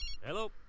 Hello